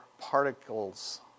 particles